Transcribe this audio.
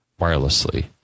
wirelessly